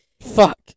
Fuck